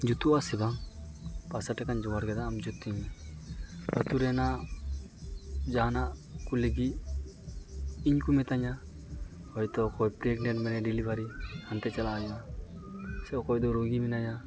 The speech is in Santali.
ᱡᱩᱛᱩᱜ ᱟᱥᱮ ᱵᱟᱝ ᱯᱟᱭᱥᱟ ᱴᱟᱠᱟᱧ ᱡᱚᱜᱟᱲ ᱠᱮᱫᱟ ᱟᱢ ᱡᱩᱛᱤᱧ ᱢᱮ ᱟᱛᱳ ᱨᱮᱱᱟᱜ ᱡᱟᱦᱟᱱᱟᱜ ᱩᱱᱠᱩ ᱞᱟᱹᱜᱤᱫ ᱤᱧ ᱠᱚ ᱢᱤᱛᱟᱹᱧᱟ ᱦᱚᱭᱛᱚ ᱚᱠᱚᱭ ᱯᱨᱮᱜᱱᱮᱴ ᱢᱮᱱᱟᱭᱟ ᱰᱮᱞᱤᱵᱷᱟᱨᱤ ᱦᱟᱱᱛᱮ ᱪᱟᱞᱟᱦ ᱦᱩᱭᱩᱜᱼᱟ ᱥᱮ ᱚᱠᱚᱭ ᱫᱚ ᱨᱩᱜᱤ ᱢᱮᱱᱟᱭᱟ